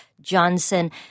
Johnson